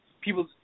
people